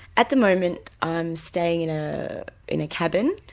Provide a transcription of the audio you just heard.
at the moment i'm staying in ah in a cabin.